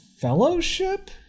fellowship